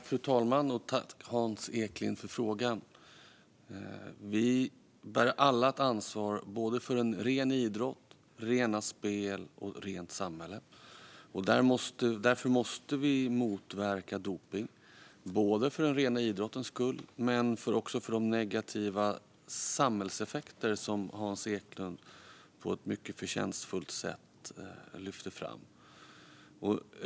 Fru talman! Jag tackar Hans Eklind för frågan. Vi bär alla ett ansvar för en ren idrott, rena spel och ett rent samhälle. Därför måste vi motverka dopning, både för den rena idrottens skull och på grund av de negativa samhällseffekter som Hans Eklind på ett mycket förtjänstfullt sätt lyfter fram.